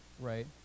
Right